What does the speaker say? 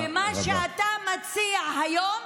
ומה שאתה מציע היום